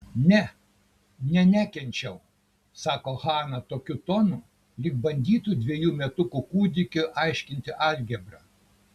ne ne nekenčiau sako hana tokiu tonu lyg bandytų dvejų metukų kūdikiui aiškinti algebrą